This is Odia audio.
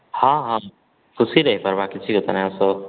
ହଁ ହଁ ଖୁସିରେ କରିବା କିଛି ଦରକାର ନାଇଁ ଆସ